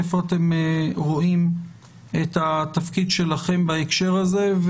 איפה אתם רואים את התפקיד שלכם בהקשר הזה?